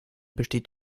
besteht